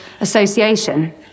association